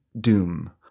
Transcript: doom